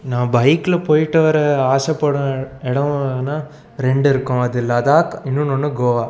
நான் பைக்கில் போய்ட்டு வர ஆசப்படுற இடோனா ரெண்டு இருக்கும் அது லடாக் இன்னொன்று ஒன்று கோவா